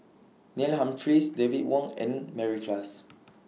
Neil Humphreys David Wong and Mary Klass